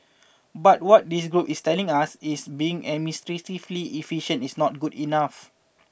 but what this group is telling us is being administratively efficient is not good enough